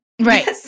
Right